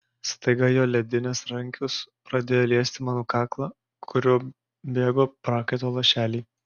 staiga jo ledinės rankos pradėjo liesti mano kaklą kuriuo bėgo prakaito lašeliai